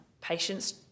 patients